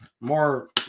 more